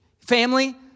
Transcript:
family